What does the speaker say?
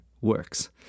works